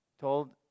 told